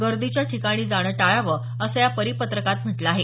गर्दीच्या ठिकाणी जाणं टाळावं असं या परिपत्रकात म्हटलं आहे